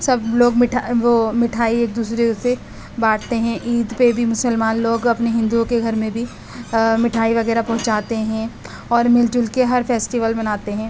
سب لوگ میٹھا وہ مٹھائی ایک دوسرے سے بانٹتے ہیں عید پہ بھی مسلمان لوگ اپنے ہندوؤں کے گھر میں بھی مٹھائی وغیرہ پہنچاتے ہیں اور مل جل کے ہر فیسٹول مناتے ہیں